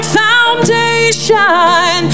foundation